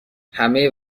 همه